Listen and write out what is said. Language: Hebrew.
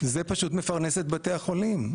זה פשוט מפרנס את בתי החולים.